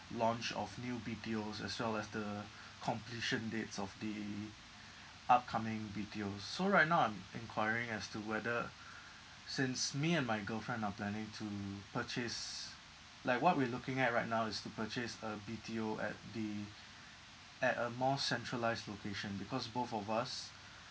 launch of new B_T_Os as well as the completion dates of the upcoming B_T_Os so right now I'm enquiring as to whether since me and my girlfriend are planning to purchase like what we're looking at right now is to purchase a B_T_O at the at a more centralised location because both of us